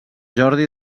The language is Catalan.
jordi